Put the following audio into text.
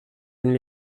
d’une